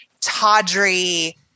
tawdry